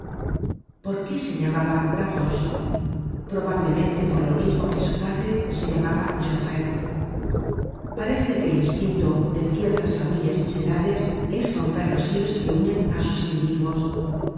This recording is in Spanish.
por qué se llamaba gavroche probablemente por lo mismo que su padre se llamaba jondrette parece que el instinto de ciertas familias miserables es romper los hilos que unen á sus individuos el